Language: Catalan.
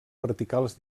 verticals